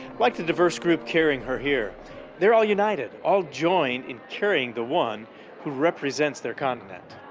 like the diverse group carrying her here they're all united, all joined, in carrying the one who represents their continent.